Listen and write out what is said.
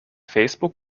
facebook